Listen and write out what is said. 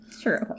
True